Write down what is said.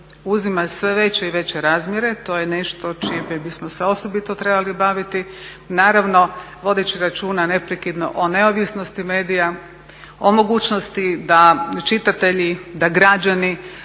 uzima sve veće i veće razmjere. To je nešto čime bismo se osobito trebali baviti naravno vodeći računa neprekidno o neovisnosti medija, o mogućnosti da čitatelji, da građani,